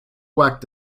wagged